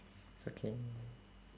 it's okay